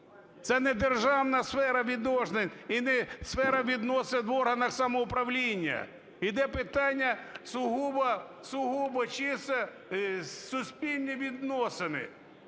це недержавна сфера відносин і не сфера відносин в органах самоуправління, іде питання сугубо чисто суспільні відносини,